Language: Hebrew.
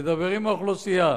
לדבר עם האוכלוסייה,